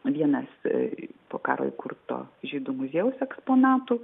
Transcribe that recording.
vienas po karo įkurto žydų muziejaus eksponatų